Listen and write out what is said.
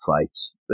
fights